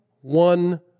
one